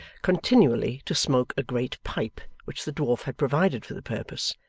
continually to smoke a great pipe which the dwarf had provided for the purpose,